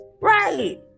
Right